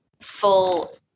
full